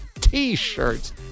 T-shirts